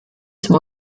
zum